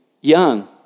young